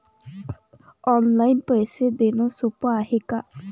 Online पैसे देण सोप हाय का?